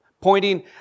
pointing